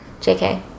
Jk